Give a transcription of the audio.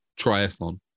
triathlon